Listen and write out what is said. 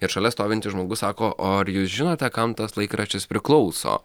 ir šalia stovintis žmogus sako o ar jūs žinote kam tas laikraštis priklauso